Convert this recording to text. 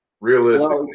realistically